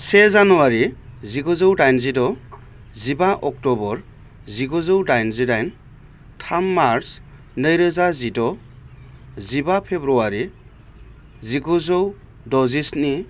से जानुवारि जिगुजौ डाइनजिद' जिबा अक्ट'बर जिगुजौ डाइनजिडाइन थाम मार्च नै रोजा जिद' जिबा फेब्रुवारि जिगुजौ द'जिस्नि